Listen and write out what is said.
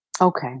Okay